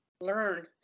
learn